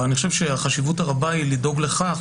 אבל החשיבות הרבה היא לדאוג לכך,